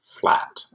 flat